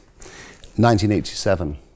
1987